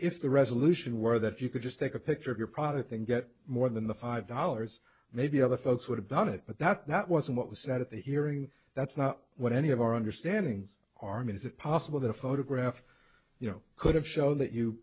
if the resolution where that you could just take a picture of your product and get more than the five dollars maybe other folks would have done it but that wasn't what was said at the hearing that's not what any of our understandings are mean is it possible that a photograph you know could have show that you